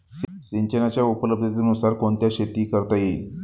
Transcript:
सिंचनाच्या उपलब्धतेनुसार कोणत्या शेती करता येतील?